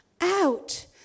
out